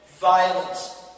violence